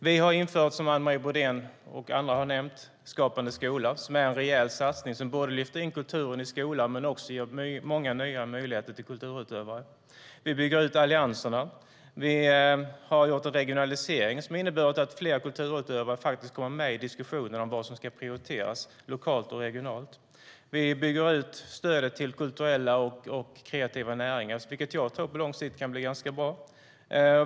Vi har infört, som Anne Marie Brodén och andra har nämnt, Skapande skola, som är en satsning som lyfter in kulturen i skolan men också ger många nya möjligheter för kulturutövare. Vi bygger ut allianserna. Vi har gjort en regionalisering som har inneburit att fler kulturutövare faktiskt kommer med i diskussioner om vad som ska prioriteras lokalt och regionalt. Vi bygger ut stödet till kulturella och kreativa näringar, vilket jag tror på lång sikt kan bli ganska bra.